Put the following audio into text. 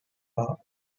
are